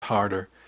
Harder